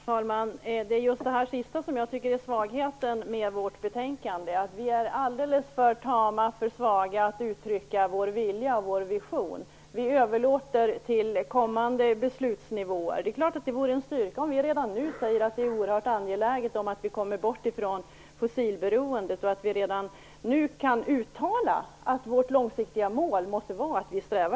Fru talman! Det är just det sistnämnda som är svagheten i vårt betänkande. Vi är alldeles för tama och svaga i att uttrycka vår vilja och vår vision. Vi överlåter till kommande beslutsnivåer. Det är klart att det vore en styrka om vi redan nu sade att det är oerhört angeläget att komma bort ifrån fossilberoendet och om vi redan nu kunde uttala att vårt långsiktiga mål är att sträva dithän.